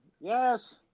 Yes